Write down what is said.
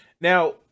Now